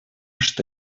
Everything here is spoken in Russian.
что